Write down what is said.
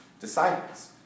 disciples